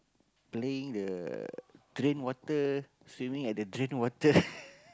playing the drain water swimming at the drain water